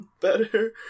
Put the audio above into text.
better